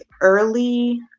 early